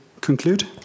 conclude